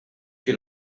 jien